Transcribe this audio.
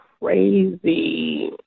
crazy